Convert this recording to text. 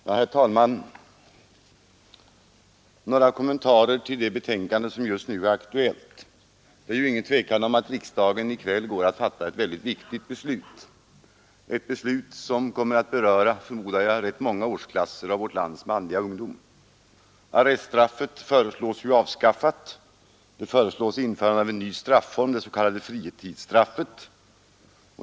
Herr talman! Några kommentarer till det betänkande som just nu är aktuellt. Det är ingen tvekan om att riksdagen i kväll går att fatta ett mycket viktigt beslut, som kommer att beröra, förmodar jag, rätt många årsklasser av vårt lands manliga ungdom. Arreststraffet föreslås avskaffat, och det föreslås införande av en ny strafform, det s.k. fritidsstraffet.